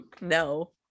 no